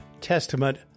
Testament